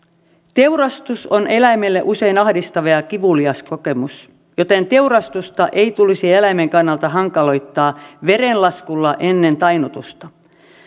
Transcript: teurastus on eläimelle usein ahdistava ja kivulias kokemus joten teurastusta ei tulisi eläimen kannalta hankaloittaa verenlaskulla ennen tainnutusta